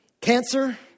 Cancer